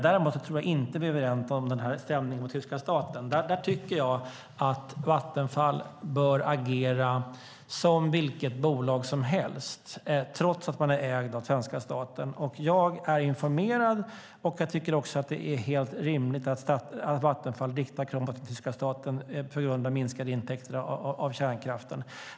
Dock är vi inte överens om stämningen mot tyska staten. Jag tycker att Vattenfall där bör agera som vilket bolag som helst, trots att det ägs av svenska staten. Jag är informerad och tycker att det är helt rimligt att Vattenfall riktar krav mot tyska staten på grund av minskade intäkter av kärnkraften.